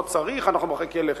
לא צריך, אנחנו מרחיקים לכת.